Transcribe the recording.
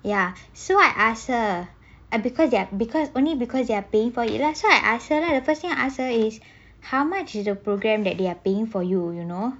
ya so I ask her ah because they are because only because they are paying for it so I ask her lah the first thing I ask her is how much is the program that they are paying for you you know